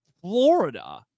Florida